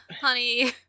honey